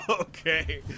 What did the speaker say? Okay